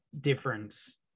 difference